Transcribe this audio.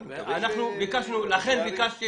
לכן ביקשתי